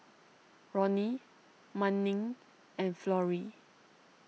Roni Manning and Florrie